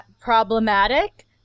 problematic